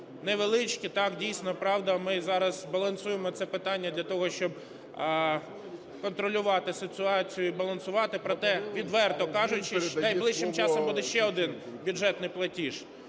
невеличкий. Так, дійсно, правда, ми зараз балансуємо це питання для того, щоб контролювати ситуацію і балансувати. Проте, відверто кажучи, найближчим часом буде ще один бюджетний платіж.